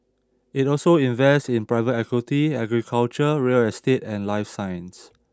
it also invests in private equity agriculture real estate and life science